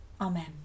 Amen